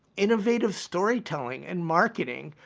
innovative storytelling and marketing.